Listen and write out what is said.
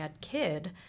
kid